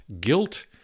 guilt